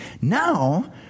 Now